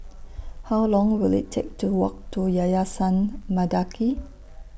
How Long Will IT Take to Walk to Yayasan Mendaki